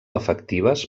efectives